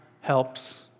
helps